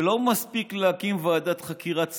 שלא מספיק להקים ועדת חקירה צה"לית,